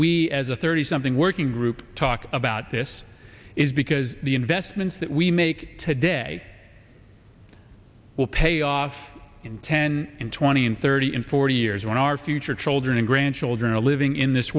we as a thirty something working group talk about this is because the investments that we make today will pay off in ten twenty thirty in forty years when our future children and grandchildren are living in this